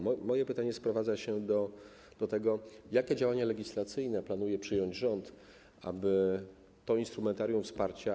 Moje pytanie sprowadza się do tego, jakie działania legislacyjne planuje podjąć rząd, aby to instrumentarium wsparcia.